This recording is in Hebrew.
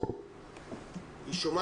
אתייחס, בבקשה.